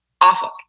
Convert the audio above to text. awful